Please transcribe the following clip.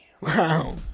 Wow